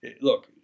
look